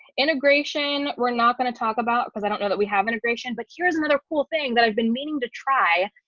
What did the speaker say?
integration we're not going to talk about because i don't know that we have integration. but here's another cool thing that i've been meaning to try.